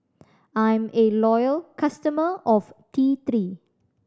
I'm a loyal customer of T Three